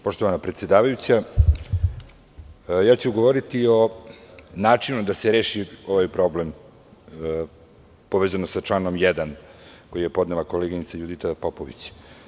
Poštovana predsedavajuća, govoriću o načinu da se reši ovaj problem, povezano sa članom 1. koji je podnela koleginica Judita Popović.